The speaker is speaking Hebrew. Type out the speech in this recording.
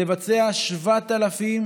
לבצע 7,800